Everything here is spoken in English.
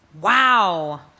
Wow